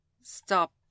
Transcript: stop